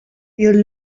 you